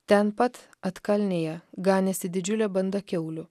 ten pat atkalnėje ganėsi didžiulė banda kiaulių